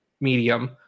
medium